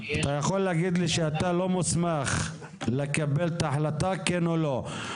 אתה יכול להגיד לי שאתה לא מוסמך לקבל את ההחלטה כן או לא,